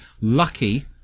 lucky